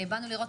באנו לראות,